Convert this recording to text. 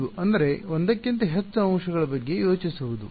ಸುಳಿವು ಅಂದರೆ ಒಂದಕ್ಕಿಂತ ಹೆಚ್ಚು ಅಂಶಗಳ ಬಗ್ಗೆ ಯೋಚಿಸುವುದು